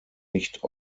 nicht